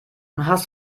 hast